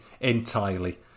entirely